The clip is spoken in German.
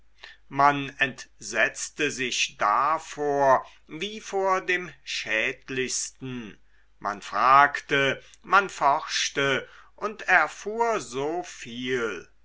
man entsetzte sich davor wie vor dem schädlichsten man fragte man forschte und erfuhr so viel